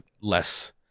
less